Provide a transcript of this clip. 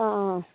অঁ অঁ